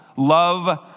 Love